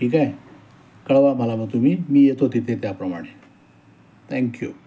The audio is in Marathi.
ठीक आहे कळवा मला मग तुम्ही मी येतो तिथे त्याप्रमाणे थँक्यू